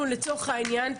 לצורך העניין,